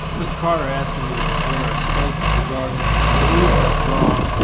mr. carter asked me to prepare a statement regarding the conclusions drawn